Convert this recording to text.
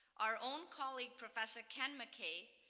our own colleague professor ken mackay,